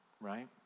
right